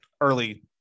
early